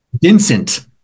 Vincent